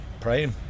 praying